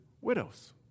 widows